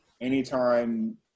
anytime